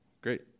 great